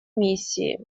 миссии